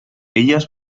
elles